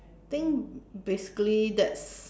think basically that's